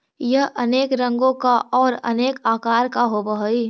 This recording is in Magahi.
यह अनेक रंगों का और अनेक आकार का होव हई